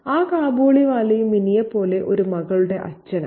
ആ കാബൂളിവാലയും മിനിയെ പോലെ ഒരു മകളുടെ അച്ഛനാണ്